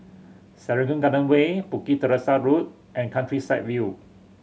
Serangoon Garden Way Bukit Teresa Road and Countryside View